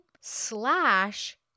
slash